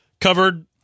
covered